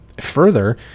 further